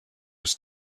his